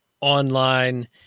online